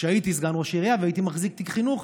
כשהייתי סגן ראש עירייה והייתי מחזיק תיק החינוך,